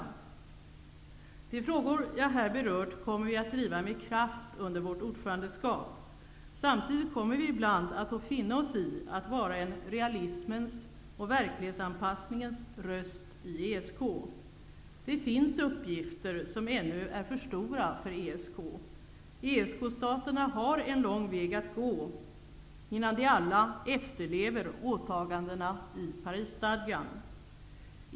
De frågor som jag här berört kommer vi att driva med kraft under vårt ordförandeskap. Samtidigt kommer vi ibland att få finna oss i att vara en realismens och verklighetsanpassningens röst i ESK. Det finns uppgifter som ännu är för stora för ESK. ESK-staterna har en lång väg att gå, innan de alla efterlever åtagandena i Parisstadgan.